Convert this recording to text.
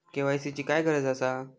KYC ची काय गरज आसा?